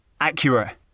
Accurate